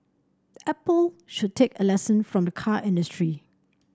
apple should take a lesson from the car industry